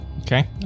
Okay